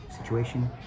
situation